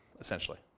essentially